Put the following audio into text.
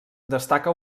destaca